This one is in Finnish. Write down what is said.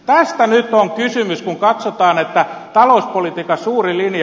tästä nyt on kysymys kun katsotaan talouspolitiikan suuri linja